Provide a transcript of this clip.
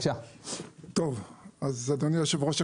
אדוני היושב-ראש,